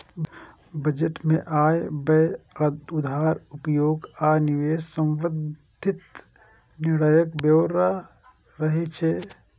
budget मे आय, व्यय, उधार, उपभोग आ निवेश सं संबंधित निर्णयक ब्यौरा रहै छै